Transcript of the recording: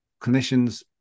clinicians